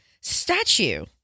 statue